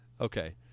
Okay